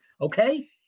Okay